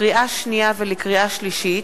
לקריאה שנייה ולקריאה שלישית: